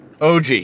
OG